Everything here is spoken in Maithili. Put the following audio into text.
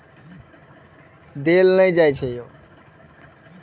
योजनावार ब्याज दरक विवरण अलग अलग खंड मे देल जाइ छै